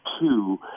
two